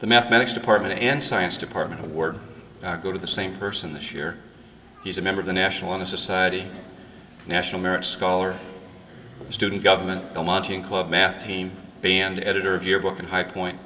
the mathematics department and science department were go to the same person this year he's a member of the national honor society national merit scholar student government a lodging club math team band editor of yearbook and high point